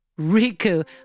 Riku